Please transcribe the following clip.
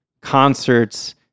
concerts